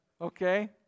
okay